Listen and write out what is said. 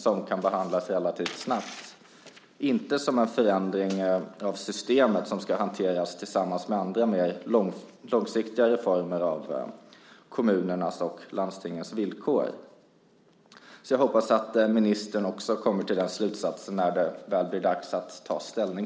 Det kan behandlas relativt snabbt - inte som en förändring av systemet som ska hanteras tillsammans med andra mer långsiktiga reformer av kommunernas och landstingens villkor. Jag hoppas att ministern också kommer till den slutsatsen när det väl blir dags att ta ställning.